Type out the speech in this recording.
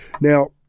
Now